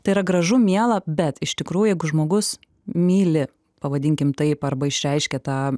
tai yra gražu miela bet iš tikrųjų jeigu žmogus myli pavadinkim taip arba išreiškia tą